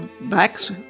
backs